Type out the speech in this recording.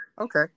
Okay